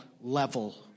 level